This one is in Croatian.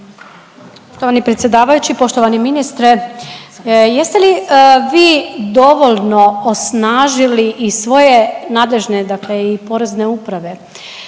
Poštovani predsjedavajući, poštovani ministre jeste li vi dovoljno osnažili i svoje nadležne, dakle i porezne uprave,